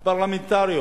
פרלמנטריות.